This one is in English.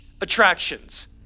attractions